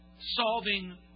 solving